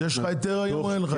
אז יש לך היתר היום או אין לך?